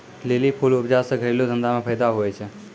lily फूल उपजा से घरेलू धंधा मे फैदा हुवै छै